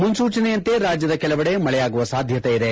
ಮುನ್ನೂಚನೆಯಂತೆ ರಾಜ್ಯದ ಕೆಲವೆಡೆ ಮಳೆಯಾಗುವ ಸಾಧ್ಯತೆ ಇಇದೆ